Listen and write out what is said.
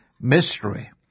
mystery